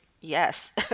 yes